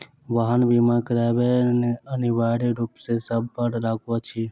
वाहन बीमा करायब अनिवार्य रूप सॅ सभ पर लागू अछि